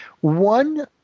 One